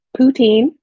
Poutine